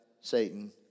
Satan